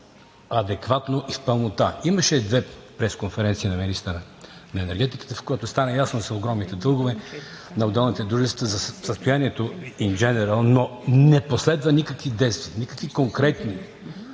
осветено в пълнота. Имаше две пресконференции на министъра на енергетиката, в които стана ясно за огромните дългове на отделните дружества, за състоянието ин дженерал, но не последваха никакви конкретни